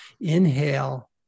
Inhale